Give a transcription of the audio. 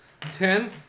Ten